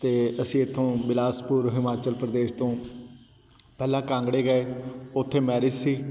ਅਤੇ ਅਸੀਂ ਇੱਥੋਂ ਬਿਲਾਸਪੁਰ ਹਿਮਾਚਲ ਪ੍ਰਦੇਸ਼ ਤੋਂ ਪਹਿਲਾ ਕਾਂਗੜੇ ਗਏ ਉੱਥੇ ਮੈਰਿਜ਼ ਸੀ